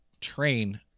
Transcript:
train